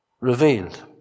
revealed